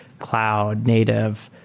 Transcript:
cloud native,